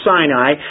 Sinai